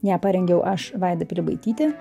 ją parengiau aš vaida pilibaitytė